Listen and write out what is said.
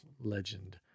legend